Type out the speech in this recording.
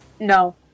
No